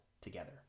together